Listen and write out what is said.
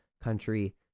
country